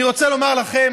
אני רוצה לומר לכם,